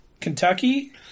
Kentucky